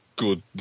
Good